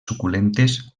suculentes